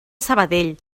sabadell